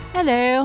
Hello